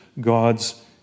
God's